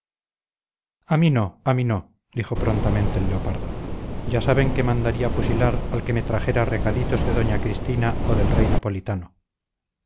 a mí no dijo prontamente el leopardo ya saben que mandaría fusilar al que me trajera recaditos de doña cristina o del rey napolitano